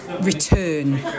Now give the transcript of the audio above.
return